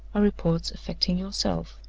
are reports affecting yourself.